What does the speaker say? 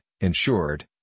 insured